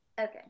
Okay